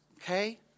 Okay